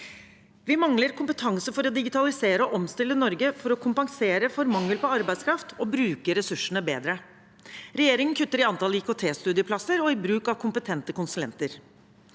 Vi mangler kompetanse for å digitalisere og omstille Norge, for å kompensere for mangel på arbeidskraft og bruke ressursene bedre. Regjeringen kutter i antall IKTstudieplasser og i bruk av kompetente konsulenter.